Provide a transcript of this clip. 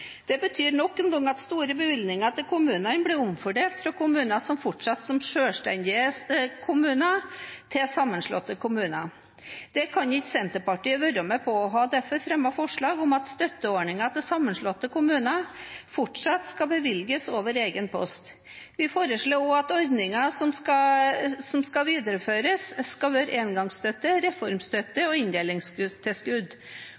Det betyr nok en gang at store bevilgninger til kommunene blir omfordelt fra kommuner som fortsetter som selvstendige kommuner, til sammenslåtte kommuner. Det kan ikke Senterpartiet være med på og har derfor fremmet forslag om at støtteordninger til sammenslåtte kommuner fortsatt skal bevilges over egen post. Vi foreslår også at ordningene som skal videreføres, skal være engangsstøtte, reformstøtte